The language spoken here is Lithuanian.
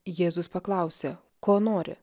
jėzus paklausė ko nori